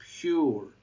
pure